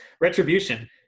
retribution